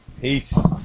Peace